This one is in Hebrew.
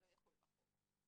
לאור ההערות שהיו כאן הוספנו: